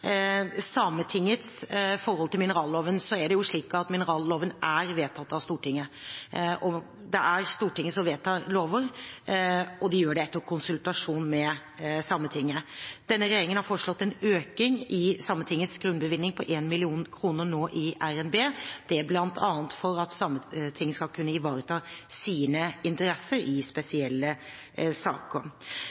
Sametingets forhold til mineralloven, er det slik at mineralloven er vedtatt av Stortinget. Det er Stortinget som vedtar lover, men de gjør det her etter konsultasjon med Sametinget. Denne regjeringen har foreslått en økning i Sametingets grunnbevilgning på 1 mill. kr nå i RNB. Det er bl.a. for at Sametinget skal kunne ivareta sine interesser i spesielle saker.